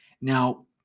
Now